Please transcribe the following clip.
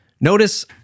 Notice